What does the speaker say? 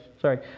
sorry